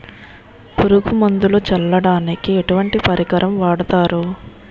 పురుగు మందులు చల్లడానికి ఎటువంటి పరికరం వాడతారు?